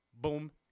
boom